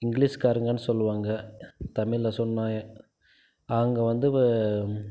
இங்கிலீஷ்காரங்கன்னு சொல்லுவாங்க தமிழில் சொன்னால் அங்கே வந்து